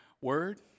word